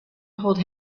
hold